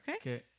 okay